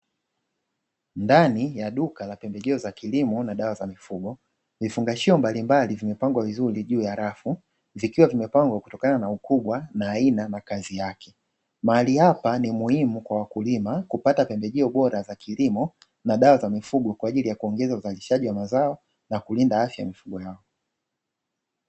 Ndani ya duka la pembejeo za kilimo na dawa za mifugo vifungashio mbalimbali vimepangwa vizuri juu ya rafu zikiwa zimepangwa kutokana na ukubwa na aina za kazi yake. Mahali hapa ni muhimu kwa wakulima kupata pembejeo bora za kilimo na dawa za mifugo kwa ajili ya kuongeza uzalishaji wa mazao na kulinda afya mifugo yao.